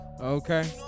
Okay